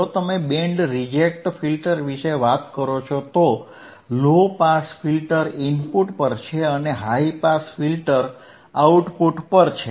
જો તમે band reject filter વિશે વાત કરો છો તો લો પાસ ફિલ્ટર ઇનપુટ પર છે અને હાઇ પાસ ફિલ્ટર આઉટપુટ પર છે